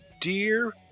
Dear